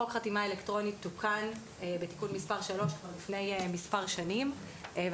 חוק חתימה אלקטרונית תוקן כבר לפני מספר שנים בתיקון